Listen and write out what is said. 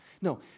No